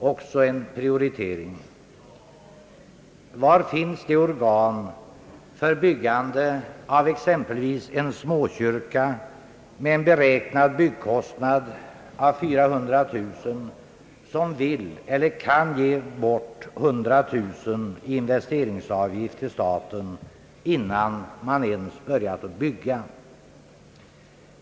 Också en prioritering! nad byggnadskostnad av 400 000 kronor, som vill eller kan ge bort 100 000 till staten i form av investeringsavgift innan man ens börjat bygga?